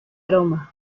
aroma